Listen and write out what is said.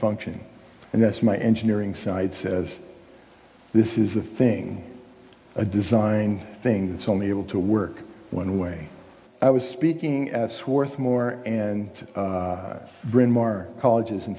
function and that's my engineering side says this is the thing a designed thing that's only able to work one way i was speaking at swarthmore and bryn mawr college is in